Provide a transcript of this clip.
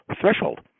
threshold